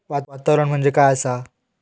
वातावरण म्हणजे काय असा?